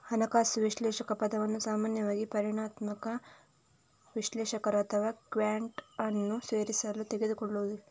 ಹಣಕಾಸು ವಿಶ್ಲೇಷಕ ಪದವನ್ನು ಸಾಮಾನ್ಯವಾಗಿ ಪರಿಮಾಣಾತ್ಮಕ ವಿಶ್ಲೇಷಕರು ಅಥವಾ ಕ್ವಾಂಟ್ಸ್ ಅನ್ನು ಸೇರಿಸಲು ತೆಗೆದುಕೊಳ್ಳುವುದಿಲ್ಲ